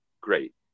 great